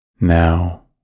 Now